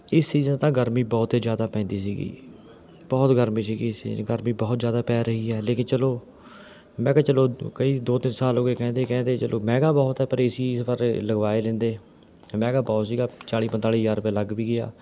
ਇਸ ਸੀਜ਼ਨ ਤਾਂ ਗਰਮੀ ਬਹੁਤ ਜ਼ਿਆਦਾ ਪੈਂਦੀ ਸੀਗੀ ਬਹੁਤ ਗਰਮੀ ਸੀਗੀ ਇਸ ਸੀਜ਼ਨ ਗਰਮੀ ਬਹੁਤ ਜ਼ਿਆਦਾ ਪੈ ਰਹੀ ਹੈ ਲੇਕਿਨ ਚਲੋ ਮੈਂ ਕਿਹਾ ਚਲੋ ਕਈ ਦੋ ਤਿੰਨ ਸਾਲ ਹੋ ਗਏ ਕਹਿੰਦੇ ਕਹਿੰਦੇ ਚਲੋ ਮਹਿੰਗਾ ਬਹੁਤ ਆ ਪਰ ਏ ਸੀ ਪਰ ਲਗਵਾ ਹੀ ਲੈਂਦੇ ਮਹਿੰਗਾ ਬਹੁਤ ਸੀਗਾ ਚਾਲੀ ਪੰਤਾਲੀ ਹਜ਼ਾਰ ਰੁਪਇਆ ਲੱਗ ਵੀ ਗਿਆ